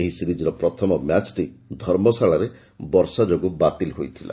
ଏହି ସିରିକ୍ର ପ୍ରଥମ ମ୍ୟାଚ୍ଟି ଧର୍ମଶାଳାରେ ବର୍ଷା ଯୋଗୁଁ ବାତିଲ ହୋଇଥିଲା